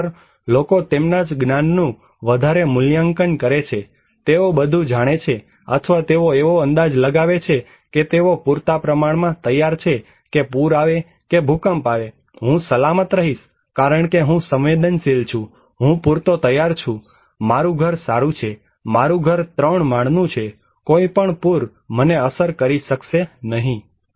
ખરેખર લોકો તેમના જ જ્ઞાનનું વધારે મૂલ્યાંકન કરે છે કે તેઓ બધું જાણે છે અથવા તેઓ એવો અંદાજ લગાવે છે કે તેઓ પૂરતા પ્રમાણમાં તૈયાર છે કે પૂર આવે કે ભૂકંપ આવે હું સલામત રહીશ કારણકે હું સંવેદનશીલ નથી હું પૂરતો તૈયાર છું મારુ ઘર સારું છે મારુ ઘર ત્રણ માળનું છે કોઈપણ પુર મને અસર કરી શકશે નહીં